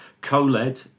co-led